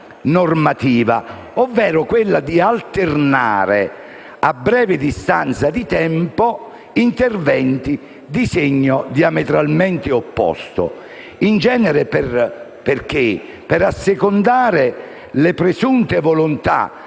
normativa, ovvero alternare a breve distanza di tempo interventi di segno diametralmente opposto, in genere per assecondare le presunte volontà